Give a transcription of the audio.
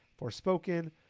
Forspoken